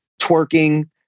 twerking